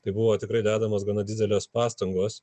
tai buvo tikrai dedamos gana didelės pastangos